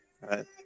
right